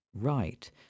right